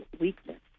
weakness